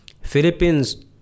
Philippines